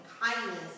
kindness